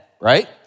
right